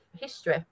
history